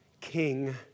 king